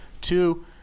two